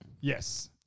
Yes